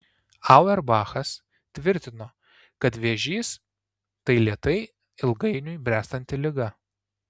auerbachas tvirtino kad vėžys tai lėtai ilgainiui bręstanti liga